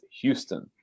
Houston